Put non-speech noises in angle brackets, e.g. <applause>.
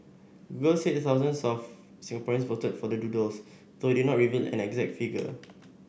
<unintelligible> said thousands of Singaporeans voted for the doodles though it did not reveal an exact figure